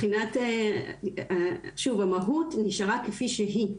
אז שוב, המהות נשארה כפי שהיא.